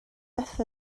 beth